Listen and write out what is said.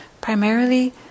primarily